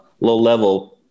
low-level